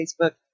Facebook